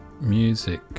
music